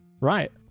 right